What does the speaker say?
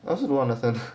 I also don't understand